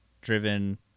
driven